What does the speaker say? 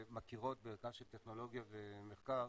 שמכירות בערכה של טכנולוגיה ומחקר